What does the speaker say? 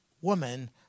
woman